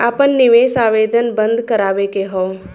आपन निवेश आवेदन बन्द करावे के हौ?